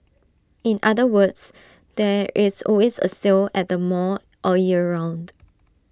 in other words there is always A sale at the mall all year round